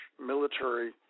military